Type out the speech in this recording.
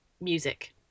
music